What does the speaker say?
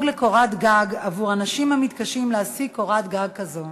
לקורת גג עבור אנשים המתקשים להשיג קורת גג כזו